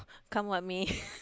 come what me